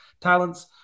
talents